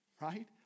right